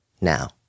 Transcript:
Now